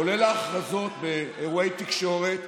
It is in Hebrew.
כולל ההכרזות באירועי תקשורת,